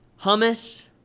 Hummus